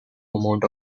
amount